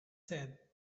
said